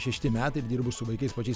šešti metai dirbu su vaikais pačiais